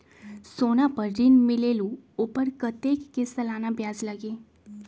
सोना पर ऋण मिलेलु ओपर कतेक के सालाना ब्याज लगे?